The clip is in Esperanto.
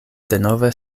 denove